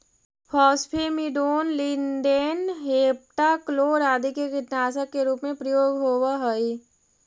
phosphamidon, lindane, heptachlor आदि के कीटनाशक के रूप में प्रयोग होवऽ हई